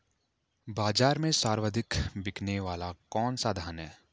बाज़ार में सर्वाधिक बिकने वाला कौनसा धान है?